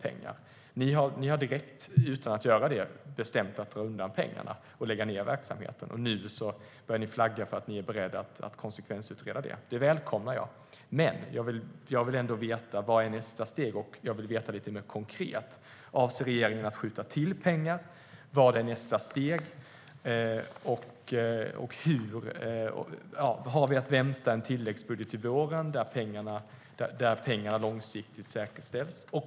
Men ni har direkt, utan att göra det, bestämt att dra undan pengarna och lägga ned verksamheten. Nu flaggar ni för att ni är beredda att konsekvensutreda detta, vilket jag välkomnar. Jag vill dock veta vad nästa steg är rent konkret. Avser regeringen att skjuta till pengar? Har vi att vänta en tilläggsbudget till våren där pengarna säkerställs långsiktigt?